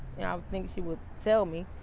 and i would think she would tell me.